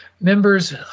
members